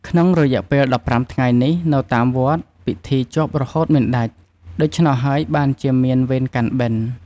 ក្នុងរយៈពេល១៥ថ្ងៃនេះ នៅតាមវត្តពិធីជាប់រហូតមិនដាច់ ដូច្នោះហើយបានជាមានវេនកាន់បិណ្ឌ។